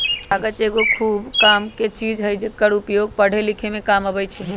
कागज एगो खूब कामके चीज हइ जेकर उपयोग पढ़े लिखे में काम अबइ छइ